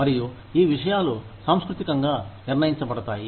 మరియు ఈ విషయాలు సాంస్కృతికంగా నిర్ణయించబడతాయి